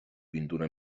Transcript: pintura